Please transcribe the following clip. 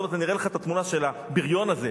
אני אראה לך את התמונה של הבריון הזה.